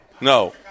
No